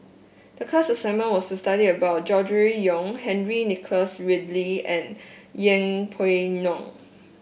the class assignment was to study about Gregory Yong Henry Nicholas Ridley and Yeng Pway Ngon